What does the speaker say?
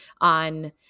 on